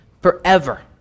forever